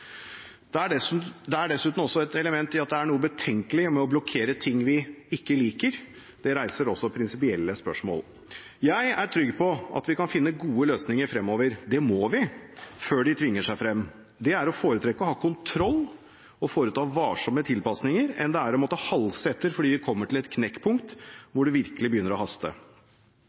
Det er dessuten et element i at det er noe betenkelig med å blokkere ting vi ikke liker. Det reiser også prinsipielle spørsmål. Jeg er trygg på at vi kan finne gode løsninger fremover. Det må vi, før de tvinger seg frem. Det er å foretrekke å ha kontroll og foreta varsomme tilpasninger fremfor å halse etter fordi vi kommer til et knekkpunkt